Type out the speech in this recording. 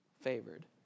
favored